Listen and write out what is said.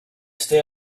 stay